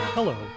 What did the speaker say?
Hello